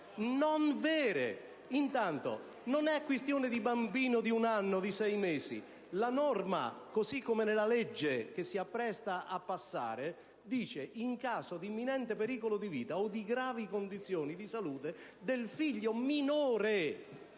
concerne il fatto che il bambino abbia un anno o sei mesi. La norma, così come è nella legge che si appresta a passare, parla di caso di imminente pericolo di vita o di gravi condizioni di salute del figlio minore.